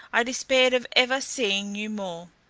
i despaired of ever, seeing you more.